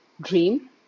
dream